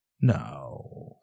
no